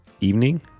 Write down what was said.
evening